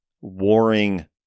warring